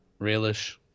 Realish